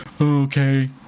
okay